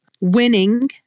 winning